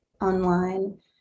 online